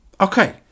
Okay